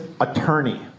Attorney